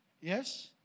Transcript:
Yes